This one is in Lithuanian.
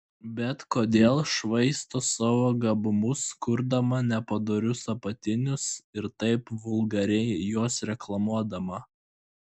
bet kodėl švaisto savo gabumus kurdama nepadorius apatinius ir taip vulgariai juos reklamuodama